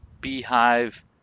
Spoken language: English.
beehive